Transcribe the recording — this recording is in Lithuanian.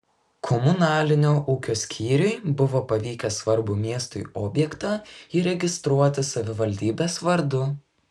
komunalinio ūkio skyriui buvo pavykę svarbų miestui objektą įregistruoti savivaldybės vardu